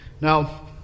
Now